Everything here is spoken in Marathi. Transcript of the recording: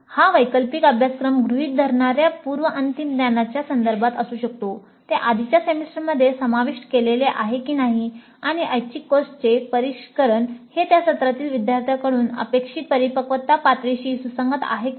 हा वैकल्पिक अभ्यासक्रम गृहित धरणार्या पूर्वअंतिम ज्ञानाच्या संदर्भात असू शकतो ते आधीच्या सेमेस्टरमध्ये समाविष्ट केलेले आहे की नाही आणि ऐच्छिक कोर्सचे परिष्करण हे त्या सत्रातील विद्यार्थ्यांकडून अपेक्षित परिपक्वता पातळीशी सुसंगत आहे काय